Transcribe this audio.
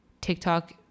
TikTok